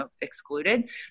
excluded